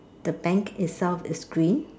the bank itself is green